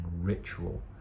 ritual